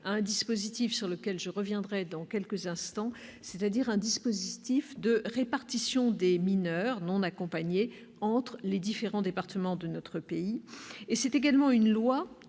un dispositif, sur lequel je reviendrai dans quelques instants, de répartition des mineurs non accompagnés entre les différents départements de notre pays. C'est également une loi,